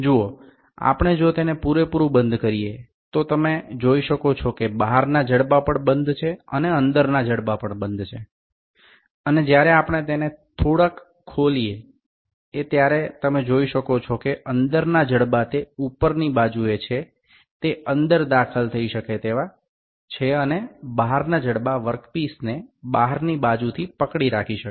দেখুন আমরা এটি সম্পূর্ণরূপে বন্ধ করে দিলে আপনি দেখতে পাচ্ছেন বাহ্যিক বাহুগুলিও বন্ধ রয়েছে এবং অভ্যন্তরীণ বাহুগুলিও বন্ধ রয়েছে এবং যখন আমরা এটি কিছুটা খুলি আপনি দেখতে পাচ্ছেন যে উপরের দিকের অভ্যন্তরীণ বাহুগুলি ভিতরে প্রবেশ করানো যেতে পারে এবং বাহ্যিক বাহুগুলি বাইরে থেকে কাজের অংশটি ধরে রাখতে পারে